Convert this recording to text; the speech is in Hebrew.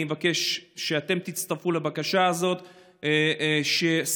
ואני מבקש שאתם תצטרפו לבקשה הזאת ששר